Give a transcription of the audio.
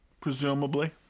Presumably